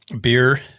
beer